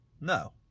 No